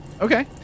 Okay